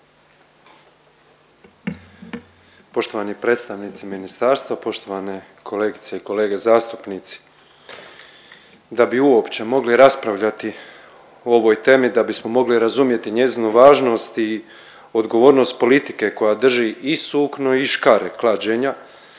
Poštovani predstavnici ministarstva, poštovane kolegice i kolege zastupnici. Da bi uopće mogli raspravljati o ovoj temi, da bismo mogli razumjeti njezinu važnost i odgovornost politike koja drži i sukno i škare klađenja,